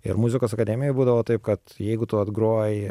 ir muzikos akademijoj būdavo taip kad jeigu tu atgroji